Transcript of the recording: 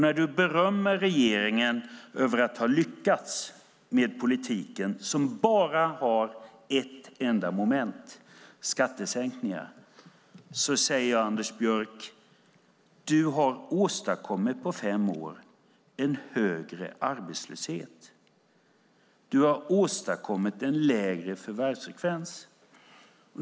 När du berömmer regeringen för att ha lyckats med politiken, som bara har ett enda moment, skattesänkningar, säger jag, Anders Borg, att du på fem år har åstadkommit en högre arbetslöshet. Du har åstadkommit en lägre förvärvsfrekvens.